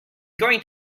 going